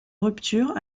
rupture